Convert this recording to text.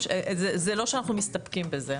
אבל זה לא שאנחנו מסתפקים בזה,